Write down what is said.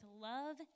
love